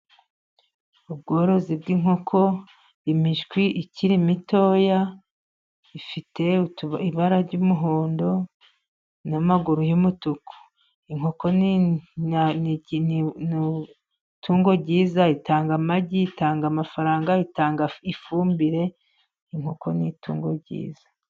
Ubworozi bw'inkoko imishwi ikiri mitoya, ifite ibara ry'umuhondo n'amaguru y'umutuku, inkoko ni itungo ryiza, itanga amagi, itanga amafaranga, itanga ifumbire, inkoko ni itungo ryiza.